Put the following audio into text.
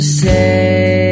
say